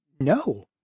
no